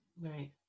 Right